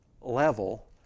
level